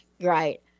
Right